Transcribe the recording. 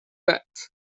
bet